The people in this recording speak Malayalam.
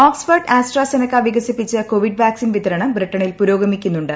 ഓക്സ്ഫഡ് ആസ്ട്രാസെനക്ക വികസിപ്പിച്ച കോവിഡ് വാക്സിൻ വിതരണം ബ്രിട്ടനിൽ പുരോഗമിക്കുന്നുണ്ട്